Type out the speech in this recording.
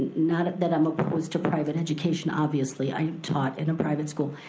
not that i'm opposed to private education, obviously. i taught in a private school.